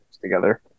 together